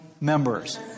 members